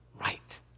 right